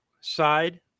side